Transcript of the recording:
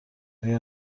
آیا